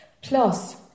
Plus